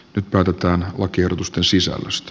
nyt päätetään lakiehdotusten sisällöstä